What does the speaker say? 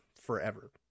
forever